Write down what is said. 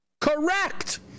Correct